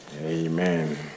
Amen